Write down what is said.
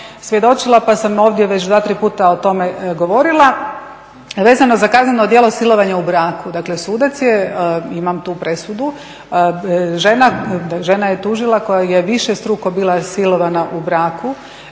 svjedočila pa sam ovdje već dva, tri puta o tome govorila vezano za kazneno djelo silovanja u braku, dakle sudac je, imam tu presudu, žena je tužila koja je višestruko bila silovana u braku,